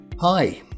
Hi